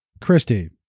Christy